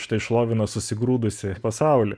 štai šlovina susigrūdusį pasaulį